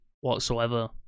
whatsoever